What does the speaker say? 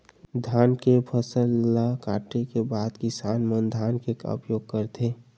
धान के फसल ला काटे के बाद किसान मन धान के का उपयोग करथे?